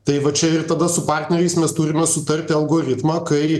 tai va čia ir tada su partneriais mes turime sutarti algoritmą kai